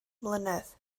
mlynedd